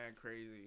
crazy